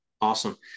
Awesome